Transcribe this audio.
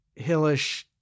hillish